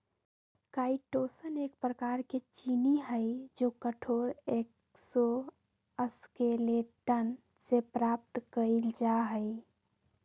chitosan एक प्रकार के चीनी हई जो कठोर एक्सोस्केलेटन से प्राप्त कइल जा हई